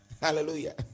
Hallelujah